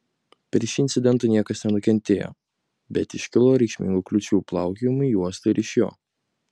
per šį incidentą niekas nenukentėjo bet iškilo reikšmingų kliūčių plaukiojimui į uostą ir iš jo